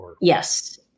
Yes